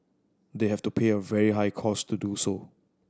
they have to pay a very high cost to do so